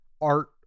art